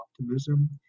optimism